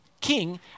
king